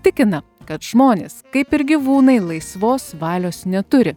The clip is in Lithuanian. tikina kad žmonės kaip ir gyvūnai laisvos valios neturi